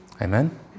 Amen